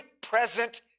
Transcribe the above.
present